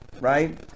right